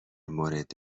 مورد